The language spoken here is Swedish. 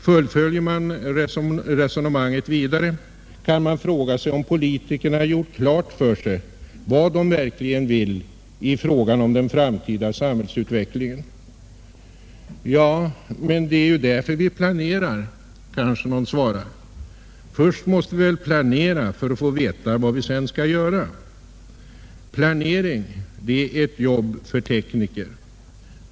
Fullföljer man resonemanget vidare, kan man fråga sig om politikerna gjort klart för sig, vad de verkligen vill i fråga om den framtida samhällsutvecklingen. Ja — men det är ju därför vi planerar, kanske någon svarar. Först måste vi väl planera för att få veta vad vi sedan skall göra. Planering är ett jobb för tekniker.